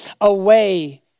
away